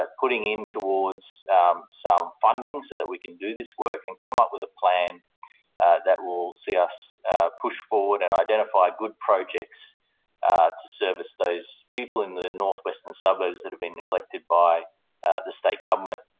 ah putting in towards some funding so that we can do this work and come up with a plan that will see us push forward and identify good projects to service those people in the north western suburbs that have been neglected by the state government.